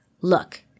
Look